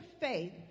faith